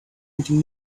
meeting